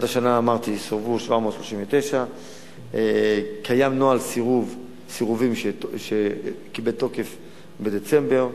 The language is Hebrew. השנה סורבו 739. 2 3. קיים נוהל סירובים שבתוקף מדצמבר.